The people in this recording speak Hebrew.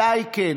מתי כן?